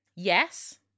Yes